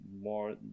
more